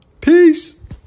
Peace